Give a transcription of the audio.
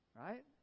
right